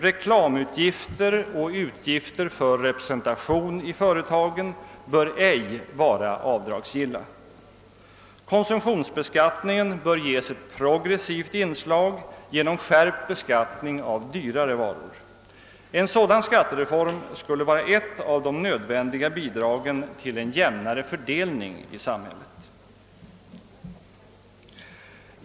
Reklamutgifter och utgifter för representation vid företagen bör ej vara avdragsgilla. Konsumtionsbeskattningen bör ges ett progessivt inslag genom skärpt beskattning av dyrare varor. En sådan skattereform kunde bli ett av de nödvändiga bidragen till en jämnare fördelning i samhället.